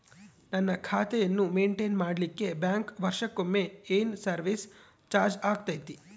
ನನ್ನ ಖಾತೆಯನ್ನು ಮೆಂಟೇನ್ ಮಾಡಿಲಿಕ್ಕೆ ಬ್ಯಾಂಕ್ ವರ್ಷಕೊಮ್ಮೆ ಏನು ಸರ್ವೇಸ್ ಚಾರ್ಜು ಹಾಕತೈತಿ?